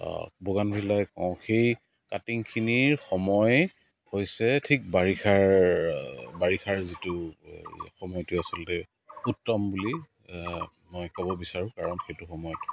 বগানভেলাই কওঁ সেই কাটিংখিনিৰ সময় হৈছে ঠিক বাৰিষাৰ বাৰিষাৰ যিটো সময়টো আচলতে উত্তম বুলি মই ক'ব বিচাৰোঁ কাৰণ সেইটো সময়ত